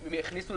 אם יכניסו,